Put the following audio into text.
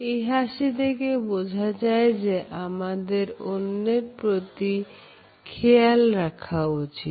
এই হাসি দেখে বোঝা যায় যে আমাদের অন্যের প্রতি খেয়াল রাখা উচিত